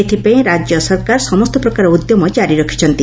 ଏଥପାଇଁ ରାଜ୍ୟ ସରକାର ସମସ୍ତ ପ୍ରକାର ଉଦ୍ୟମ ଜାରି ରଖିଛନ୍ତି